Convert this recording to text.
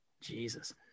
Jesus